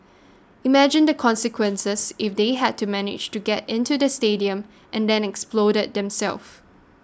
imagine the consequences if they had managed to get into the stadium and then exploded themselves